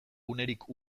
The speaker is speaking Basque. unerik